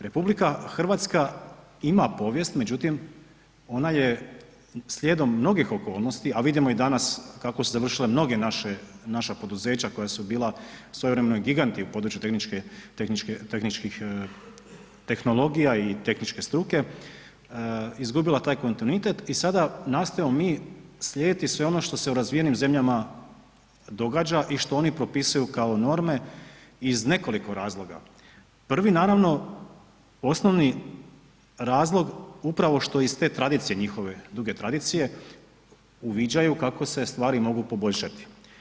RH ima povijest, međutim ona je slijedom mnogih okolnosti, a vidimo i danas kako su završile mnoge naše, naša poduzeća koja su bila svojevremeno i giganti u području tehničke, tehničke, tehničkih tehnologija i tehničke struke, izgubila taj kontinuitet i sada nastojimo mi slijediti sve ono što se u razvijenim zemljama događa i što oni propisuju kao norme iz nekoliko razloga, prvi naravno osnovi razlog upravo što iz te tradicije njihove, duge tradicije, uviđaju kako se stvari mogu poboljšati.